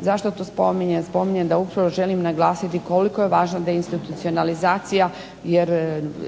Zašto to spominjem? Spominjem da upravo želim naglasiti koliko je važna deinstitucionalizacija, jer